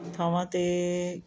ਥਾਵਾਂ 'ਤੇ